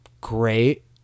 great